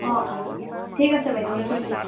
অঁ অঁ ঠিক আছে বাইদেউ ৰাখিছোঁ